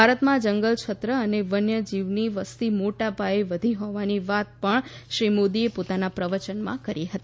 ભારતમાં જંગલ છત્ર અને વન્ય જીવની વસ્તી મોટા પાયે વધી હોવાની વાત પણ શ્રી મોદીએ પોતાના પ્રવચનમાં કરી હતી